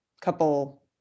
couple